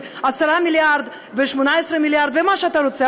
10 מיליארד ו-18 מיליארד ומה שאתה רוצה,